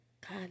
God